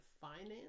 finance